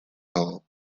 hall